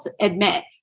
admit